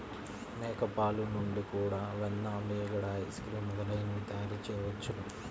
మేక పాలు నుండి కూడా వెన్న, మీగడ, ఐస్ క్రీమ్ మొదలైనవి తయారుచేయవచ్చును